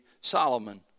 Solomon